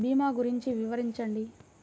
భీమా గురించి వివరించండి?